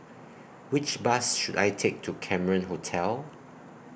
Which Bus should I Take to Cameron Hotel